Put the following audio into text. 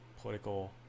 political